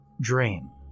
drain